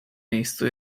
miejscu